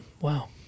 Wow